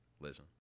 Listen